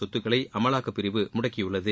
சொத்துக்களை அமலாக்கப் பிரிவு முடக்கியுள்ளது